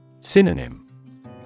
Synonym